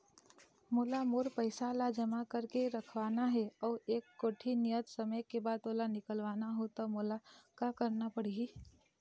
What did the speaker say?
मोला मोर पैसा ला जमा करके रखवाना हे अऊ एक कोठी नियत समय के बाद ओला निकलवा हु ता मोला का करना पड़ही?